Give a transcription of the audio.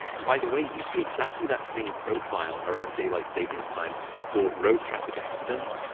and by the way, you see exactly that same profile around daylight savings time for road traffic accidents,